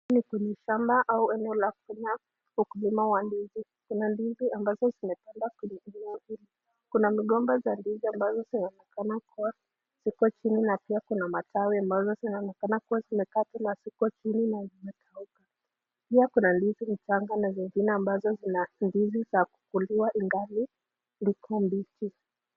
Hapa ni kwenye shamba ama eneo la kufanyia ukulima wa ndizi. Kuna ndizi ambazo zimepandwa kwenye eneo hili. Kuna mgomba za ndizi ambazo zinaonekana kuwa, ziko chini na pia kuna matawi zinaonekana kuwa zimekatwa na ziko chini na zimekauka. Pia kuna ndizi mchanga na zingine za kukuliwa ingali ziko mbichi.